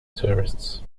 tourists